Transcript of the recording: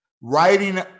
writing